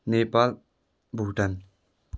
Nepal Bhutan